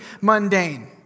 mundane